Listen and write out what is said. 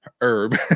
Herb